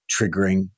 triggering